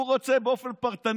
הוא רוצה לאשר באופן פרטני.